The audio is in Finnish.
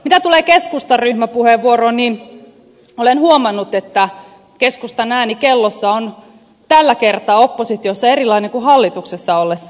mitä tulee keskustan ryhmäpuheenvuoroon olen huomannut että keskustan ääni kellossa on tällä kertaa oppositiossa erilainen kuin hallituksessa ollessa